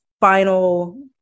final